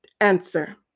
answer